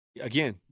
Again